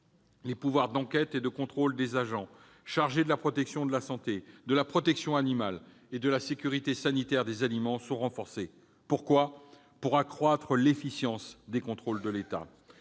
les pouvoirs d'enquête et de contrôle des agents chargés de la protection de la santé, de la protection animale et de la sécurité sanitaire des aliments sont renforcés. Pourquoi ? Pour accroître l'efficience des contrôles de l'État.